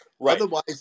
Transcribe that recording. otherwise